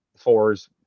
fours